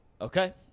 Okay